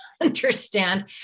understand